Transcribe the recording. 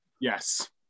yes